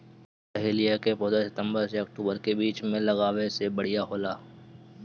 dahlia के पौधा सितंबर से अक्टूबर के बीच में लागावे से बढ़िया होला